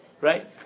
Right